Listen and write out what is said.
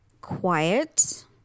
Quiet